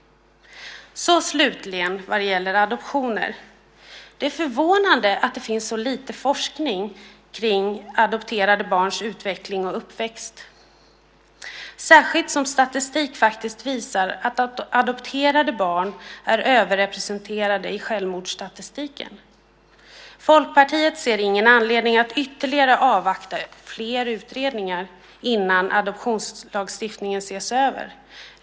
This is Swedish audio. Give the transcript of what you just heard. Slutligen vad gäller adoptioner är det förvånande att det finns så lite forskning kring adopterade barns utveckling och uppväxt, särskilt som statistik faktiskt visar att adopterade barn är överrepresenterade i självmordsstatistiken. Folkpartiet ser ingen anledning att ytterligare avvakta fler utredningar innan adoptionslagstiftningen ses över.